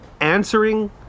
answering